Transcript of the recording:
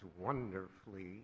wonderfully